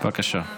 תודה רבה,